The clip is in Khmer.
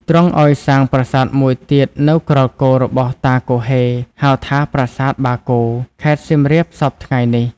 ទ្រង់ឲ្យសាងប្រាសាទមួយទៀតនៅក្រោល គោរបស់តាគហ៊េ ហៅថា ប្រាសាទបាគោ ខេត្តសៀមរាបសព្វថៃ្ងនេះ ។